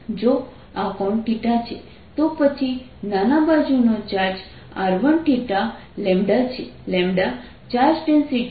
r2θλr2n r1θλr1n 0 If n1 ⟹ E∝1r જો આ કોણ θ છે તો પછી નાના બાજુનો ચાર્જ r1θ છે ચાર્જ ડેન્સિટી છે